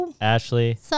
Ashley